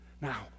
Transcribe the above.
Now